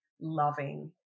loving